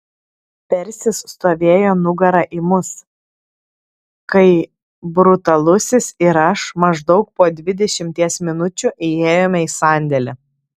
persis stovėjo nugara į mus kai brutalusis ir aš maždaug po dvidešimties minučių įėjome į sandėlį